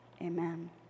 Amen